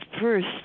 first